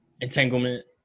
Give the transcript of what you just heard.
entanglement